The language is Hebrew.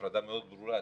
הפרדה מאוד ברורה.